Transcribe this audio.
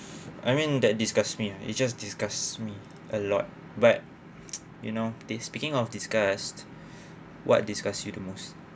I mean that disgust me it just disgust me a lot but you know dey speaking of disgust what disgust you the most